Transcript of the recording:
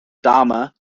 adama